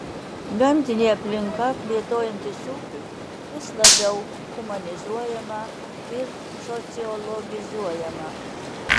gamtinė aplinka plėtojantis ūkiui vis labiau humanizuojama ir sociologizuojama